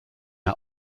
are